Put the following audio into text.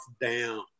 down